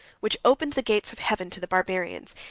which opened the gates of heaven to the barbarians,